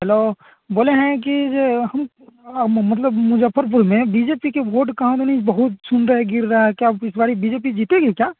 hello बोले हैं कि जे हम मतलब मुज़फ़्फ़रपुर में बी जे पी के वोट कहाँ मिली बहुत गिर रहा है क्या इस बारी जे पी जीतेगी क्या